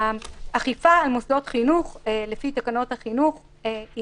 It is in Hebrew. האכיפה על מוסדות החינוך לפי תקנות החינוך היא